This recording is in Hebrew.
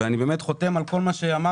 אני חותם על כל מה שאמרתם,